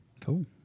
Cool